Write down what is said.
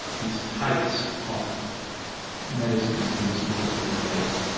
these types of medicines in this particular case,